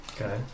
Okay